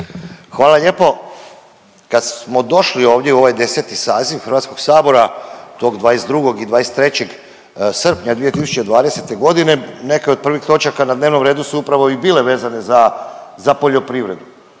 Hvala lijepo. Kad smo došli ovdje u ovaj 10. saziv Hrvatskog sabora tog 22. i 23. srpnja 2020. godine neke od prvih točaka na dnevnom redu su upravo i bile vezane za poljoprivredu.